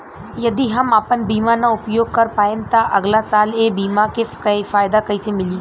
यदि हम आपन बीमा ना उपयोग कर पाएम त अगलासाल ए बीमा के फाइदा कइसे मिली?